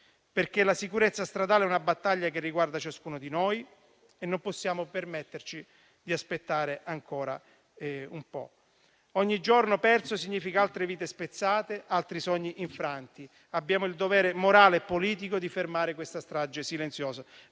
perché la sicurezza stradale è una battaglia che riguarda ciascuno di noi e non possiamo permetterci di aspettare ancora. Ogni giorno perso significa altre vite spezzate, altri sogni infranti; abbiamo il dovere morale e politico di fermare questa strage silenziosa.